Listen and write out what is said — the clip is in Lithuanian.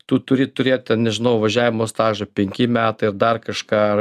tu turi turėt ten nežinau važiavimo stažą penki metai ar dar kažką